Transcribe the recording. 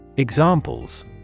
examples